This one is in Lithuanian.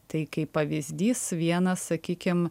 tai kaip pavyzdys vienas sakykim